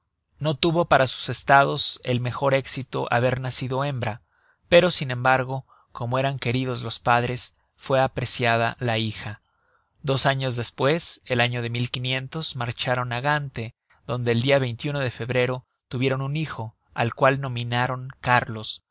no tuvo para sus estados el mejor éxito haber nacido hembra pero sin embargo como eran queridos los padres fue apreciada la hija dos años despues el año de marcharon á gante donde el dia de febrero tuvieron un hijo al cual nominaron cárlos